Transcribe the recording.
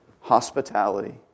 hospitality